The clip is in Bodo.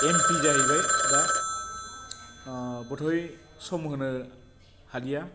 एम पि जाहैबाय दा बधय सम होनो हालिया